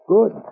Good